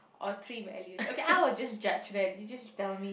or three values okay I will just judge then you just tell me